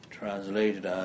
translated